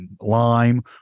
lime